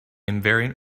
invariant